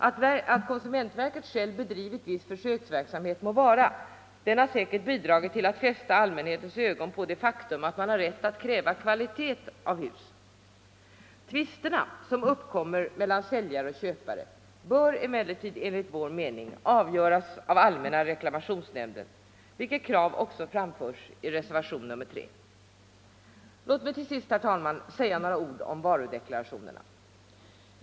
Att verket självt bedrivit viss försöksverksamhet må vara — den har säkert bidragit till att fästa allmänhetens ögon på det faktum att man har rätt att kräva kvalitet på husen. Tvisterna som uppkommer mellan säljare och köpare bör emellertid enligt vår mening avgöras av allmänna reklamationsnämnden, vilket krav också framförs i reservationen 3. Låt mig till sist, herr talman, säga några ord om varudeklarationerna.